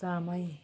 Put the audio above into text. समय